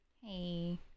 Hey